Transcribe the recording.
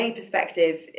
perspective